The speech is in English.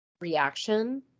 reaction